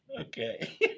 Okay